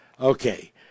Okay